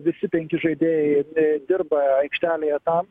visi penki žaidėjai dirba aikštelėje tam